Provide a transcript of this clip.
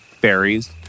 berries